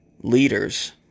leaders